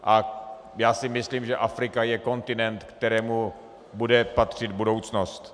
A já si myslím, že Afrika je kontinent, kterému bude patřit budoucnost.